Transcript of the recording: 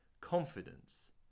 confidence